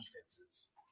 defenses